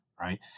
right